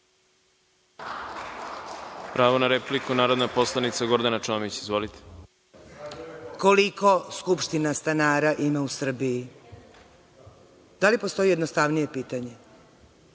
Koliko skupština stanara ima u Srbiji? Da li postoji jednostavnije pitanje?